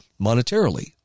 monetarily